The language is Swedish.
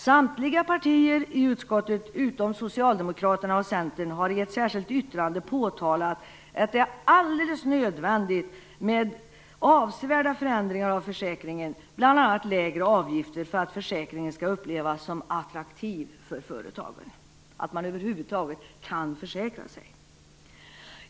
Samtliga partier i utskottet utom Socialdemokraterna och Centern har i ett särskilt yttrande påtalat att det är alldeles nödvändigt med avsevärda förändringar av försäkringen, bl.a. lägre avgifter, för att försäkringen skall upplevas som attraktiv för företagen och för att man över huvud taget skall kunna försäkra sig.